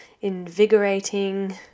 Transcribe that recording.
invigorating